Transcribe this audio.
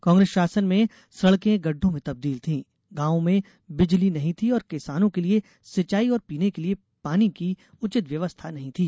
कांग्रेस शासन में सडकें गढढों में तब्दील थी गांवों में बिजली नहीं थी और किसानों के लिए सिंचाई और पीने के लिए पानी की उचित व्यवस्था नहीं थी